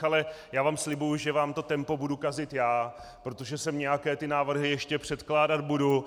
Ale já vám slibuji, že vám to tempo budu kazit já, protože sem nějaké ty návrhy ještě předkládat budu.